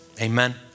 Amen